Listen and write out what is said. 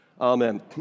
Amen